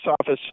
office